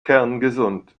kerngesund